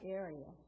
area